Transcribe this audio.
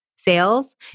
sales